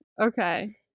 Okay